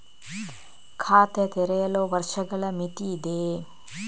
ಖಾತೆ ತೆರೆಯಲು ವರ್ಷಗಳ ಮಿತಿ ಇದೆಯೇ?